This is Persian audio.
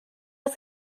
است